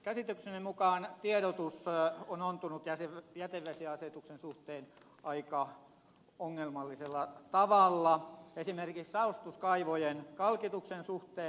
käsitykseni mukaan tiedotus on ontunut jätevesiasetuksen suhteen aika ongelmallisella tavalla esimerkiksi saostuskaivojen kalkituksen suhteen